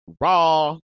raw